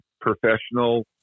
professional